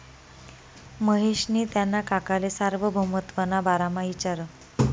महेशनी त्याना काकाले सार्वभौमत्वना बारामा इचारं